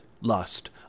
lust